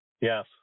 Yes